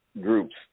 groups